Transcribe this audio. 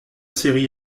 série